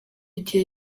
gihe